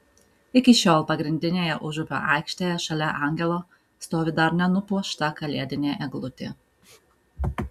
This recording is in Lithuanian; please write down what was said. iki šiol pagrindinėje užupio aikštėje šalia angelo stovi dar nenupuošta kalėdinė eglutė